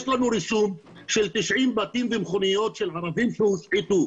יש לנו רישום של 90 בתים ומכוניות של ערבים שהושחתו.